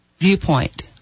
viewpoint